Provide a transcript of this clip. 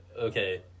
okay